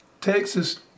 Texas